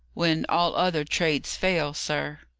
when all other trades fail, sir,